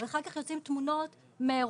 אבל אחר כך יוצאות תמונות מאירועים,